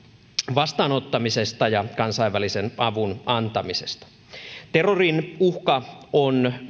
vastaanottamisesta ja kansainvälisen avun antamisesta terrorin uhka on